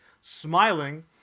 Smiling